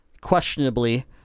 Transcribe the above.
questionably